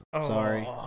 Sorry